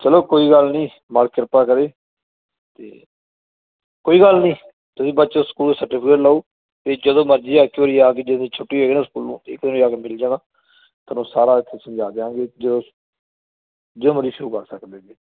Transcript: ਚਲੋ ਕੋਈ ਗੱਲ ਨਹੀਂ ਮਾਲਕ ਕਿਰਪਾ ਕਰੇ ਅਤੇ ਕੋਈ ਗੱਲ ਨਹੀਂ ਤੁਸੀਂ ਬੱਚਿਓ ਸਕੂਲ ਸਰਟੀਫਿਕੇਟ ਲਓ ਅਤੇ ਜਦੋਂ ਮਰਜ਼ੀ ਇੱਕ ਵਾਰੀ ਆ ਕੇ ਜਦੋਂ ਛੁੱਟੀ ਹੋਏਗੀ ਨਾ ਸਕੂਲੋਂ ਇੱਕ ਵਾਰੀ ਆ ਕੇ ਮਿਲ ਜਾਣਾ ਤੁਹਾਨੂੰ ਸਾਰਾ ਇੱਥੇ ਸਮਝਾ ਦਿਆਂਗੇ ਜਦੋਂ ਜਦੋਂ ਮਰਜ਼ੀ ਸ਼ੁਰੂ ਕਰ ਸਕਦੇ ਜੇ